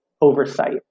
oversight